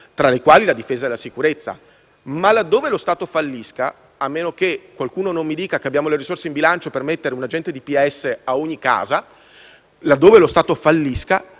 tra le quali la difesa della sicurezza. Ma laddove lo Stato fallisca, a meno che qualcuno non mi dica che abbiamo le risorse in bilancio per mettere un agente di pubblica sicurezza in ogni casa,